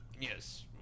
yes